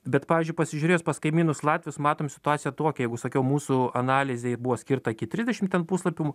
bet pavyzdžiui pasižiūrėjus pas kaimynus latvius matom situaciją tokią jeigu sakiau mūsų analizei buvo skirta iki trisdešim ten puslapių